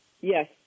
Yes